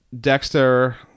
Dexter